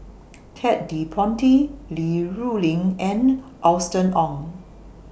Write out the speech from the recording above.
Ted De Ponti Li Rulin and Austen Ong